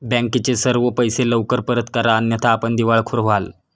बँकेचे सर्व पैसे लवकर परत करा अन्यथा आपण दिवाळखोर व्हाल